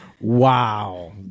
Wow